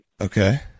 Okay